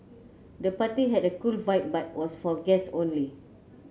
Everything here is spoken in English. the party had a cool vibe but was for guests only